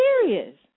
serious